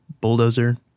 Bulldozer